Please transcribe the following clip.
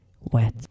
wet